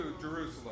Jerusalem